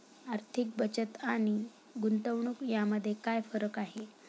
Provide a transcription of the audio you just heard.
आर्थिक बचत आणि गुंतवणूक यामध्ये काय फरक आहे?